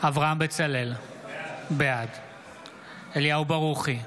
אברהם בצלאל, בעד אליהו ברוכי,